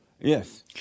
Yes